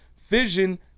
Vision